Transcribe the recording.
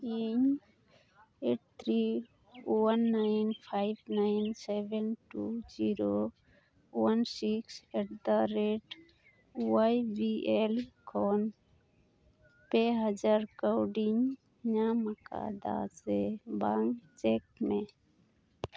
ᱤᱧ eight three one nine five nine seven two zero one six eight the rate way B L ᱠᱷᱚᱱ ᱯᱮ ᱦᱟᱡᱟᱨ ᱠᱟᱹᱣᱰᱤᱧ ᱧᱟᱢ ᱟᱠᱟᱫᱟ ᱥᱮ ᱵᱟᱝ ᱪᱮᱠ ᱢᱮ